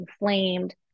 inflamed